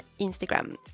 Instagram